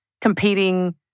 competing